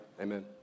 Amen